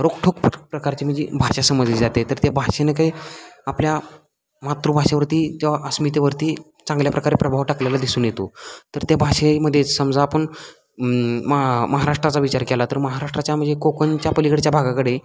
रोखठोक प्रकारची म्हणजे भाषा समजली जाते तर त्या भाषेने काही आपल्या मातृभाषेवरती किंवा अस्मितेवरती चांगल्या प्रकारे प्रभाव टाकलेला दिसून येतो तर त्या भाषेमध्येच समजा आपण म महाराष्ट्राचा विचार केला तर महाराष्ट्राच्या म्हणजे कोकणच्या पलीकडच्या भागाकडे